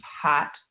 hot